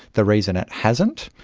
the reason it hasn't,